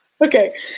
okay